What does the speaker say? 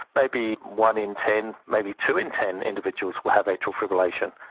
maybe one in ten, maybe two in ten individuals will have atrial fibrillation.